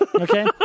Okay